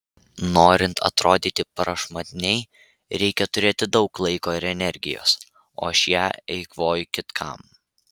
norint atrodyti prašmatniai reikia turėti daug laiko ir energijos o aš ją eikvoju kitkam